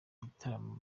igitaramo